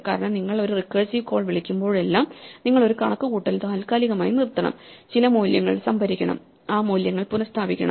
കാരണം നിങ്ങൾ ഒരു റിക്കേഴ്സീവ് കോൾ വിളിക്കുമ്പോഴെല്ലാം നിങ്ങൾ ഒരു കണക്കുകൂട്ടൽ താൽക്കാലികമായി നിർത്തണം ചില മൂല്യങ്ങൾ സംഭരിക്കണം ആ മൂല്യങ്ങൾ പുനസ്ഥാപിക്കണം